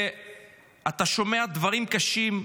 ואתה שומע דברים קשים,